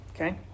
okay